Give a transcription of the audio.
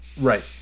Right